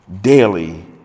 daily